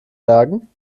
bergen